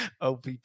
OPP